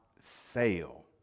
fail